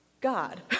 God